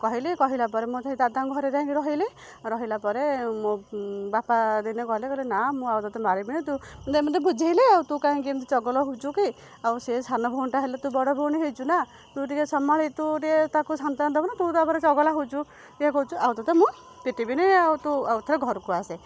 କହିଲି କହିଲା ପରେ ମୋତେ ଦାଦାଙ୍କ ଘରେ ଯାଇକି ରହିଲି ରହିଲା ପରେ ମୋ ବାପା ଦିନେ ଗଲେ କହିଲେ ନା ମୁଁ ଆଉ ତୋତେ ମାରିବିନି ତୁ ଯେମିତି ବୁଝାଇଲେ ଆଉ ତୁ କାହିଁକି ଏମିତି ଚଗଲା ହେଉଛୁ କି ଆଉ ସେ ସାନ ଭଉଣୀଟା ହେଲେ ତୁ ବଡ଼ ଭଉଣୀ ହେଇଛୁନା ତୁ ଟିକେ ସମ୍ଭାଳି ତୁ ଟିକେ ତାକୁ ସାନ୍ତ୍ୱନା ଦେବୁନା ତୁ ତା'ଉପରେ ଚଗଲା ହେଉଛୁ ୟେ କରୁଛୁ ଆଉ ତୋତେ ମୁଁ ପିଟିବିନି ଆଉ ତୁ ଆଉ ଥରେ ଘରକୁ ଆସେ